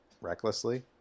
recklessly